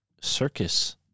circus